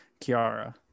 Kiara